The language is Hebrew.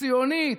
ציונית,